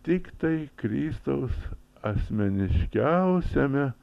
tiktai kristaus asmeniškiausiame